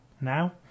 now